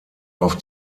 auf